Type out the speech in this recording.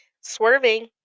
Swerving